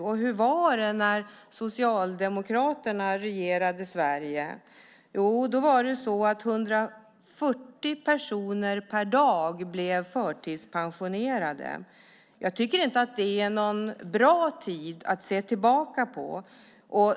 Och hur var det när Socialdemokraterna regerade Sverige? Jo, då blev 140 personer per dag förtidspensionerade. Jag tycker inte att det är någon bra tid att se tillbaka på.